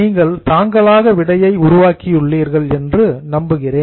நீங்கள் தாங்களாக விடையை உருவாக்கியுள்ளீர்கள் என்று நம்புகிறேன்